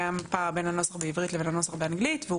קיים פער בין הנוסח בעברית לבין הנוסח באנגלית והוא